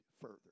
further